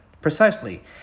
precisely